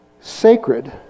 sacred